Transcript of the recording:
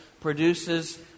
produces